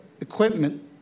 equipment